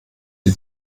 die